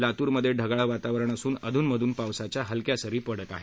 लातूरमधे ढगाळ वातावरण असून अधूनमधून पावसाच्या हलक्या सरी पडत आहेत